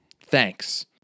Thanks